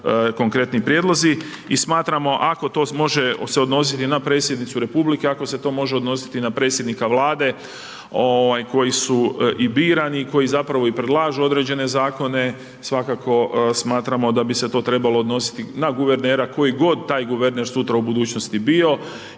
konkretni prijedlozi. I smatramo ako se to može odnositi na predsjednicu Republike, ako se to može odnositi na predsjednika Vlade, koji su birani, koji zapravo i predlažu određene zakone, svakako smatramo da bi se to trebalo odnositi, na guvernera, koji god taj guverner sutra, u budućnosti bio,